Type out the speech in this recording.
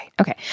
Okay